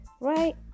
right